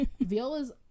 violas